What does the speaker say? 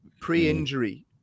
Pre-injury